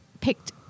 picked